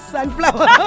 Sunflower